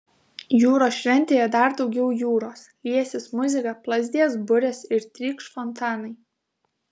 jūros šventėje dar daugiau jūros liesis muzika plazdės burės ir trykš fontanai